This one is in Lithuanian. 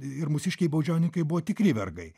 ir mūsiškiai baudžiauninkai buvo tikri vergai